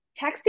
texting